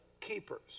keepers